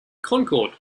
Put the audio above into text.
concord